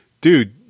dude